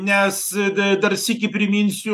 nes d dar sykį priminsiu